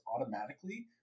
automatically